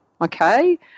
okay